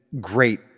great